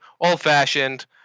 old-fashioned